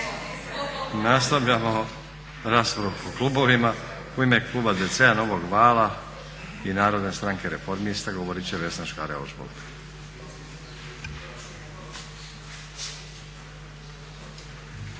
U ime Kluba DC-a, Novog vala i Narodne stranke- Reformisti govoriti će Vesna Škare-Ožbolt.